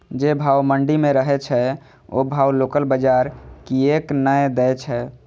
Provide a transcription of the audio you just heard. जे भाव मंडी में रहे छै ओ भाव लोकल बजार कीयेक ने दै छै?